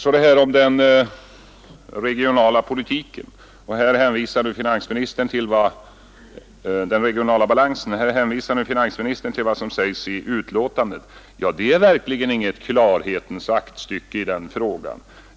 Beträffande talet om den regionala balansen hänvisar finansministern till vad som sägs i betänkandet. Det är verkligen inget klarhetens aktstycke i den frågan.